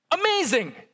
Amazing